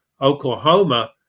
Oklahoma